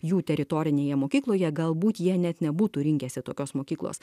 jų teritorinėje mokykloje galbūt jie net nebūtų rinkęsi tokios mokyklos